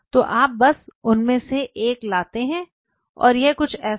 तो आप बस उनमें से एक लेते हैं और यह कुछ ऐसा है